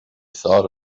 thought